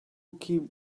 keep